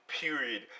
period